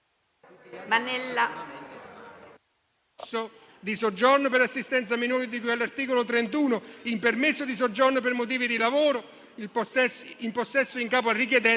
Ma non solo: si disse che il sistema dell'accoglienza diffusa era un'esperienza fallimentare.